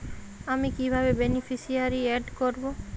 আমি কিভাবে beneficiary add করব?